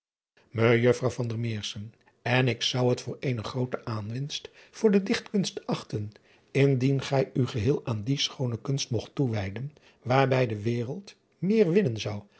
ejuffrouw n ik zou het voor eene groote aanwinst voor de ichtkunst achten indien gij u geheel aan die schoone kunst mogt toewijden waarbij de wereld meer winnen zou